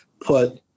put